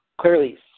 clearly